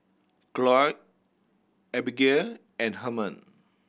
Cloyd Abigale and Herman